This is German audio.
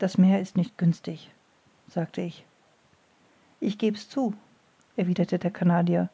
das meer ist nicht günstig sagte ich ich geb's zu erwiderte der canadier